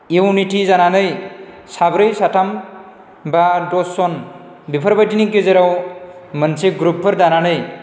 इउनिथि जानानै साब्रै साथाम बा दसजन बेफोर बायदिनि गेजेराव मोनसे ग्रुबफोर दानानै